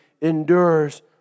endures